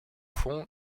fond